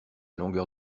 longueur